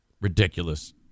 Ridiculous